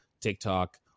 TikTok